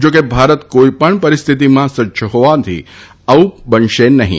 જો કે ભારત કોઇ પણ પરિસ્થિતિમાં સજ્જ હોવાથી આવું બનશે નહીં